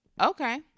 okay